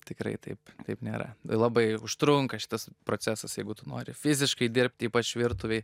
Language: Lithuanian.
tikrai taip taip nėra labai užtrunka šitas procesas jeigu tu nori fiziškai dirbt ypač virtuvėj